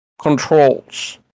controls